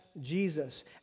Jesus